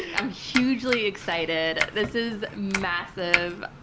i'm hugely excited. this is massive.